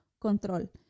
control